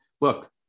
Look